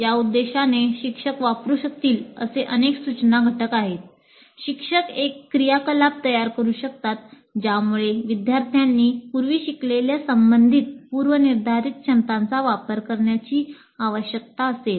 या उद्देशाने शिक्षक वापरू शकतील असे अनेक सूचनात्मक घटक आहे शिक्षक एक क्रियाकलाप तयार करू शकतात ज्यामुळे विद्यार्थ्यांनी पूर्वी शिकलेल्या संबंधित पूर्वनिर्धारित क्षमतांचा वापर करण्याची आवश्यकता असेल